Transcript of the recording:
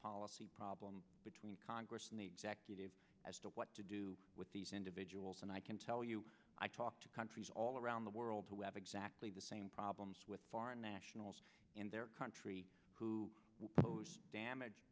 policy problem between congress and the executive as to what to do with these individuals and i can tell you i talked to countries all around the world who have exactly the same problems with foreign nationals in their country who damage